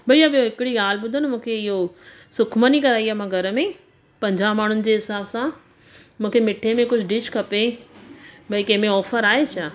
भईया ॿियो हिकिड़ी ॻाल्हि ॿुधो न मूंखे इयो सुखमनी कराई आहे मां घर में पंजाह माण्हुनि जे हिसाब सां मूंखे मिठे में कुझु डिश खपे भई कंहिंमें ऑफर आहे छा